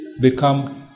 become